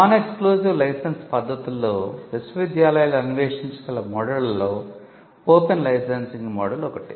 non exclusive licence పద్ధతులలో విశ్వవిద్యాలయాలు అన్వేషించగల మోడళ్లలో ఓపెన్ లైసెన్సింగ్ మోడల్ ఒకటి